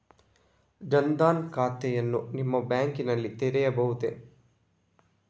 ಜನ ದನ್ ಖಾತೆಯನ್ನು ನಿಮ್ಮ ಬ್ಯಾಂಕ್ ನಲ್ಲಿ ತೆರೆಯಬಹುದೇ?